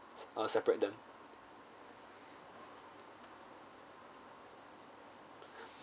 uh separate them